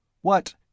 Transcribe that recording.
what